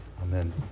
Amen